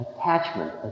attachment